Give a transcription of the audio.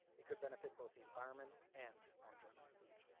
it could benefit both the environment, and our enjoyment of food.